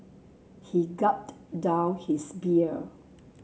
he gulped down his beer